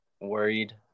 worried